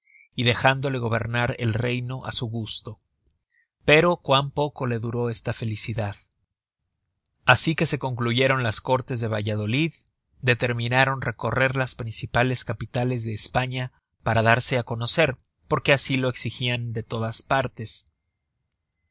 y dejándole gobernar el reino á su gusto pero cuán poco le duró esta felicidad asi que se concluyeron las córtes de valladolid determinaron recorrer las principales capitales de españa para darse á conocer porque asi lo exigian de todas partes